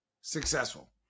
successful